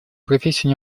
профессию